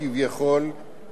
לנהל את המדינה.